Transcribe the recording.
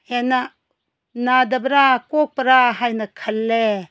ꯍꯦꯟꯅ ꯅꯥꯗꯕ꯭ꯔꯥ ꯀꯣꯛꯄ꯭ꯔꯥ ꯍꯥꯏꯅ ꯈꯜꯂꯦ